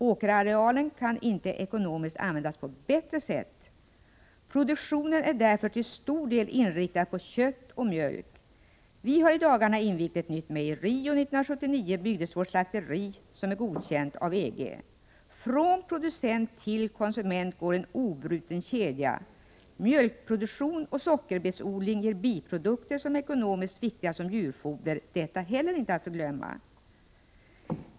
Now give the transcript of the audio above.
Åkerarealen kan inte ekonomiskt användas på ett bättre sätt. Produktionen är därför till stor del inriktad på kött och mjölk. Vi har i dagarna invigt ett nytt mejeri, och 1979 byggdes vårt slakteri, som är godkänt av EG. Från producent till konsument går en obruten kedja. Mjölkproduktion och sockerbetsodling ger biprodukter, som är ekonomiskt viktiga som djurfoder — detta heller inte att förglömma.